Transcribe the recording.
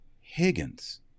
Higgins